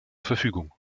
verfügung